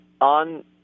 on